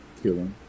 killing